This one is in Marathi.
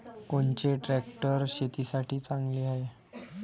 कोनचे ट्रॅक्टर शेतीसाठी चांगले हाये?